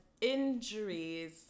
injuries